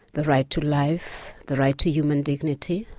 the right to life, the right to human dignity,